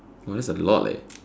oh that's a lot eh